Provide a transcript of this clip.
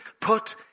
put